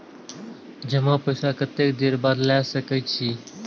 जमा पैसा कतेक देर बाद ला सके छी?